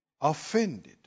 Offended